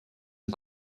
hun